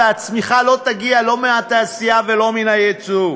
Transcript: והצמיחה לא תגיע לא מהתעשייה ולא מהיצוא.